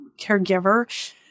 caregiver